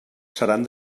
seran